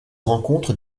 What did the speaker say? rencontre